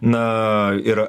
na ir